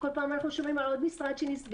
כל פעם אנחנו שומעים על עוד משרד שנסגר.